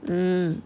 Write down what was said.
mm